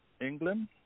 England